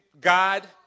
God